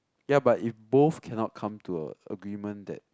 ya but if both cannot come to a agreement that